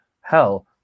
hell